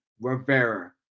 Rivera